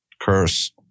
curse